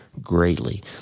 greatly